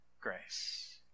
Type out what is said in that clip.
grace